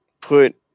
put